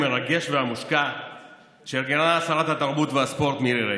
המרגש והמושקע שארגנה שרת התרבות והספורט מירי רגב.